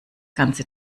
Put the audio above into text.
ganze